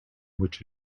which